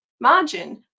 margin